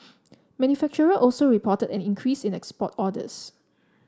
manufacturers also reported an increase in export orders